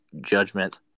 judgment